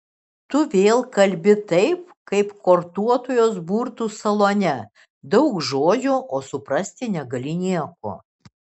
tu vėl kalbi taip kaip kortuotojos burtų salone daug žodžių o suprasti negali nieko